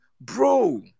Bro